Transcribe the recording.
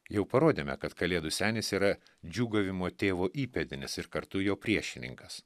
jau parodėme kad kalėdų senis yra džiūgavimo tėvo įpėdinis ir kartu jo priešininkas